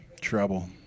Trouble